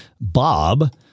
Bob